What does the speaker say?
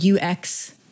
UX